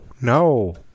No